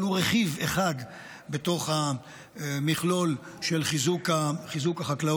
אבל הוא רכיב אחד בתוך המכלול של חיזוק החקלאות.